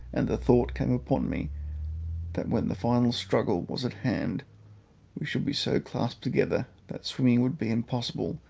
and the thought came upon me that when the final struggle was at hand we should be so clasped together that swimming would be impossible